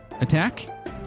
attack